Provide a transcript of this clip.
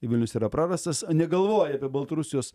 vilnius yra prarastas negalvoja apie baltarusijos